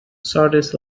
sardis